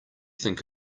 think